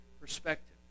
perspective